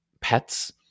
pets